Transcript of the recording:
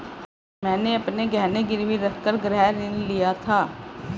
मैंने अपने गहने गिरवी रखकर गृह ऋण लिया था